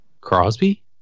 Crosby